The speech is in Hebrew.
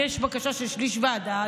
וכשיש בקשה של שליש ועדה,